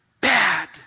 Bad